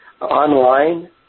online